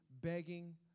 begging